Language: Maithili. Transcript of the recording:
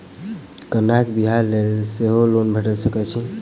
कन्याक बियाह लेल सेहो लोन भेटैत छैक की?